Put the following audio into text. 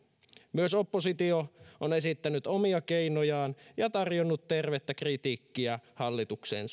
myös oppositio on esittänyt omia keinojaan ja tarjonnut tervettä kritiikkiä hallituksen